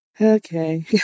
Okay